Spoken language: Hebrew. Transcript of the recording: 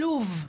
עלוב.